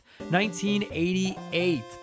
1988